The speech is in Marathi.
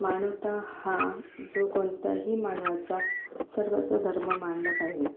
मानवता हा जो कोणत्याही मानवाचा सर्वच धर्म मानला पाहिजे